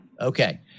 Okay